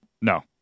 No